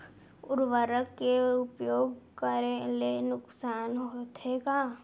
उर्वरक के उपयोग करे ले नुकसान होथे का?